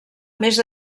més